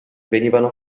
venivano